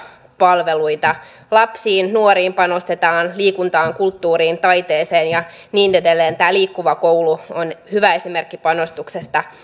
palveluita lapsiin nuoriin panostetaan liikuntaan kulttuuriin taiteeseen ja niin edelleen tämä liikkuva koulu on hyvä esimerkki panostuksesta